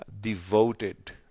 devoted